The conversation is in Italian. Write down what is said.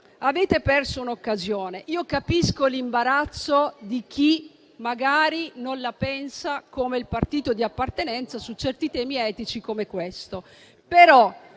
avete perso un'occasione. Capisco l'imbarazzo di chi magari non la pensa come il partito di appartenenza su certi temi etici, come questo.